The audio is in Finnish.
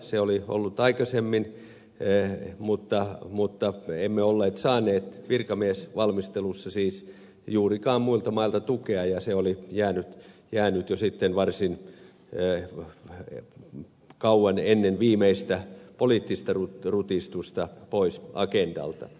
se oli ollut aikaisemmin mutta emme olleet saaneet virkamiesvalmistelussa juurikaan muilta mailta tukea ja se oli jäänyt jo sitten varsin kauan ennen viimeistä poliittista rutistusta pois agendalta